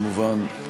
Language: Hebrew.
כמובן,